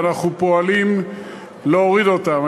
ואנחנו פועלים להוריד אותם.